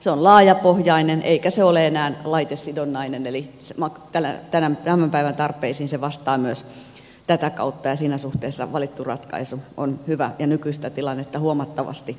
se on laajapohjainen eikä se ole enää laitesidonnainen eli tämän päivän tarpeisiin se vastaa myös tätä kautta ja siinä suhteessa valittu ratkaisu on hyvä ja nykyistä tilannetta huomattavasti parempi